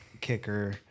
Kicker